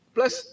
Plus